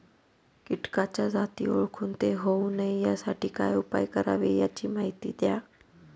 किटकाच्या जाती ओळखून ते होऊ नये यासाठी काय उपाय करावे याची माहिती द्या